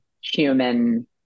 human